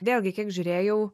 vėlgi kiek žiūrėjau